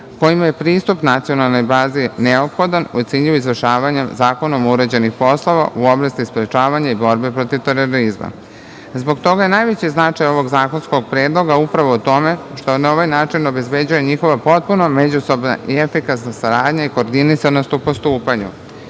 kojima je pristup nacionalnoj bazi neophodan u cilju izvršavanja zakonom uređenih poslova u oblasti sprečavanja i borbe protiv terorizma. Zbog toga je najveći značaj ovog zakonskog predloga upravo u tome što na ovaj način obezbeđuje njihovu potpunu međusobnu efikasnu saradnju i koordinisanost u postupanju.